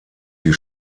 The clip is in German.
die